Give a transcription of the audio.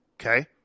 Okay